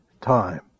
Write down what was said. time